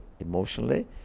emotionally